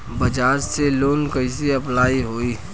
बजाज से लोन कईसे अप्लाई होई?